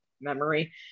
memory